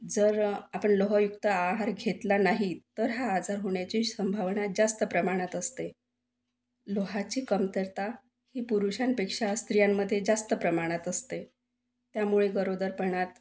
जर आपण लोहयुक्त आहार घेतला नाही तर हा आजार होण्याची संभावना जास्त प्रमाणात असते लोहाची कमतरता ही पुरुषांपेक्षा स्त्रियांमध्ये जास्त प्रमाणात असते त्यामुळे गरोदरपणात